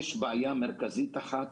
יש בעיה מרכזית אחת